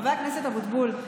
חבר הכנסת אבוטבול,